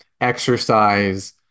exercise